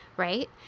Right